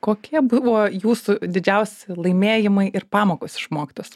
kokie buvo jūsų didžiausi laimėjimai ir pamokos išmoktos